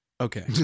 Okay